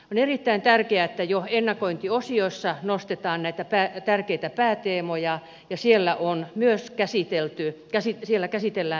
on erittäin tärkeää että jo ennakointiosiossa nostetaan näitä tärkeitä pääteemoja ja siellä käsitellään myös käsitelty käsite sillä käsitellä